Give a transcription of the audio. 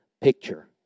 picture